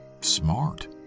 smart